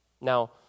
Now